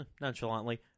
nonchalantly